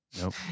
Nope